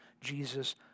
Jesus